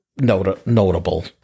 notable